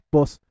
Boss